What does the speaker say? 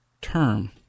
term